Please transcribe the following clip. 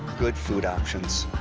good food options.